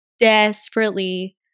desperately